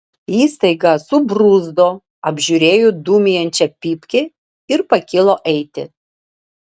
jis staiga subruzdo apžiūrėjo dūmijančią pypkę ir pakilo eiti